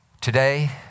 Today